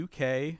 UK